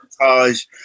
montage